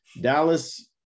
Dallas